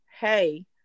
hey